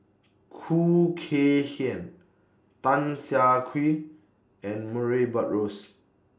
Khoo Kay Hian Tan Siah Kwee and Murray Buttrose